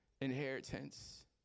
Inheritance